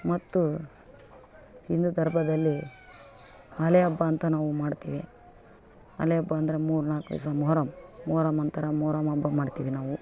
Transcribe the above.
ಮತ್ತು ಹಿಂದೂ ಧರ್ಮದಲ್ಲಿ ಹಾಲೆ ಹಬ್ಬ ಅಂತ ನಾವು ಮಾಡ್ತೀವಿ ಹಾಲೆ ಹಬ್ಬ ಅಂದರೆ ಮೂರು ನಾಲ್ಕು ದಿವಸ ಮೊಹರಮ್ ಮೊಹರಮ್ ಅಂತಾರ ಮೊಹರಮ್ ಹಬ್ಬ ಮಾಡ್ತಿವಿ ನಾವು